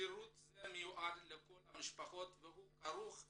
שירות זה מיועד לכל המשפחות והוא כרוך בתשלום,